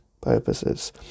purposes